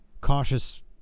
cautious